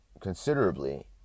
considerably